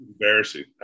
Embarrassing